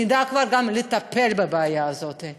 נדע כבר גם לטפל בבעיה הזאת.